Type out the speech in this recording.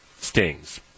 stings